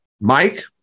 Mike